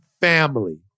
Family